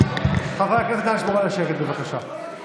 חברי הכנסת, נא לשמור על השקט, בבקשה.